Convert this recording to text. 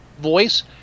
voice